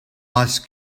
ice